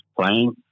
playing